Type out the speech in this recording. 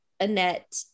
annette